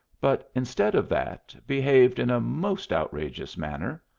but, instead of that, behaved in a most outrageous manner.